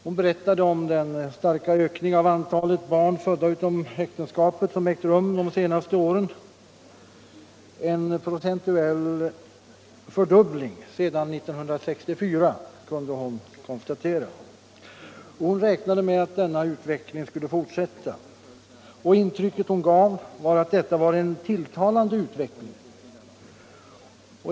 Hon berättade om den starka ökning av antalet barn födda utom äktenskapet som ägt rum de senaste åren — en procentuell fördubbling sedan 1964, som hon konstaterade. Fru Marklund räknade med att denna utveckling skulle fortsätta, och hon gav intrycket att det var en tilltalande utveckling.